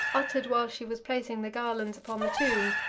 uttered while she was placing the garlands upon the tomb,